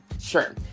Sure